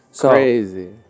Crazy